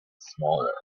smaller